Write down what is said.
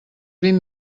vint